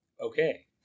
Okay